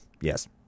Yes